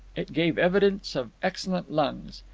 it gave evidence of excellent lungs.